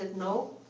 and no,